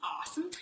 awesome